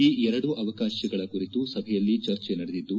ಈ ಎರಡೂ ಅವಕಾಶಗಳ ಕುರಿತು ಸಭೆಯಲ್ಲಿ ಚರ್ಚೆ ನಡೆದಿದ್ದು